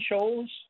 shows